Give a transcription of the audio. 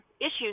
issues